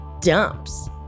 dumps